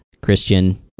Christian